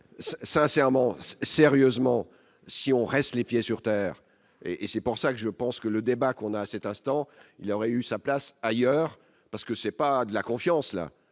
sincèrement sérieusement si on reste les pieds sur terre et et c'est pour ça que je pense que le débat qu'on a, à cet instant, il y aurait eu sa place ailleurs parce que c'est pas de la confiance, là